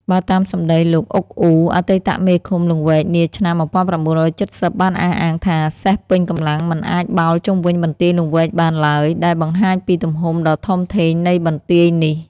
បើតាមសំដី លោក អ៊ុក អ៊ូ អតីតមេឃុំលង្វែកនាឆ្នាំ ១៩៧០ បានអះអាងថា សេះពេញកម្លាំងមិនអាចបោលជុំវិញបន្ទាយលង្វែកបានឡើយ ដែលបង្ហាញពីទំហំដ៏ធំធេងនៃបន្ទាយនេះ។